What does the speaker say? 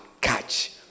catch